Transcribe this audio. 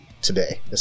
Today